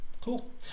Cool